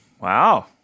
wow